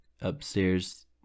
upstairs